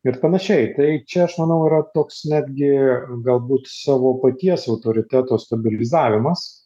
ir panašiai tai čia aš manau yra toks netgi galbūt savo paties autoriteto stabilizavimas